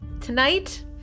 Tonight